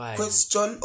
question